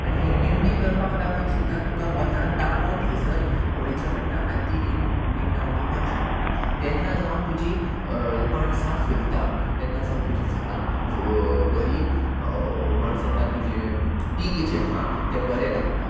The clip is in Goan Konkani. आनी ही निडणी करपाक लागून सुद्दां तुका वतान तापोन थंयसर वयचें पडटा आनी ती निडवणी करची पडटा तेन्ना जावन तुजी कणसां फुलता तेन्ना जावन तुजी झाडां फू बरीं व्हड जाता तुजें पीक जें आहा तें बरें लागता